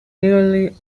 nearly